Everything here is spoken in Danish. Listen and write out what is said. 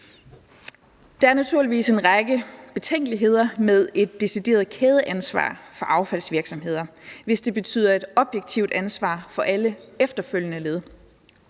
Der er naturligvis en række betænkeligheder med et decideret kædeansvar for affaldsvirksomheder, hvis det betyder et objektivt ansvar for alle efterfølgende led.